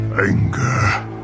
Anger